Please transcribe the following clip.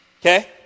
Okay